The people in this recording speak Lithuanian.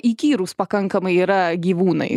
įkyrūs pakankamai yra gyvūnai